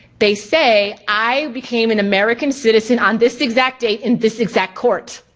they say, i became an american citizen on this exact date in this exact court.